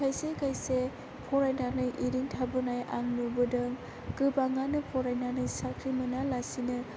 खायसे खायसे फरायनानै एरैनो थाबोनाय आं नुबोदों गोबाङानो फरायनानै साख्रि मोनालासिनो